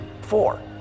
Four